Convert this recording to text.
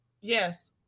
Yes